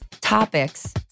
topics